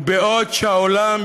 ובעוד העולם,